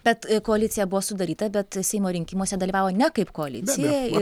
bet koalicija buvo sudaryta bet seimo rinkimuose dalyvavo ne kaip koalicija